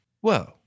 Whoa